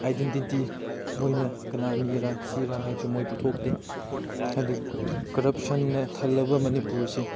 identity ꯃꯣꯏꯅ ꯀꯅꯥ ꯃꯤꯔ ꯁꯤꯔ ꯍꯥꯏꯕꯁꯨ ꯃꯣꯏ ꯄꯨꯊꯣꯛꯇꯦ ꯍꯥꯏꯕꯗꯤ ꯀꯔꯞꯁꯟꯅ ꯊꯜꯂꯕ ꯃꯅꯤꯄꯨꯔꯁꯦ